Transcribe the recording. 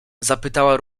zapytała